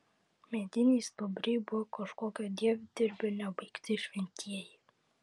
mediniai stuobriai buvo kažkokio dievdirbio nebaigti šventieji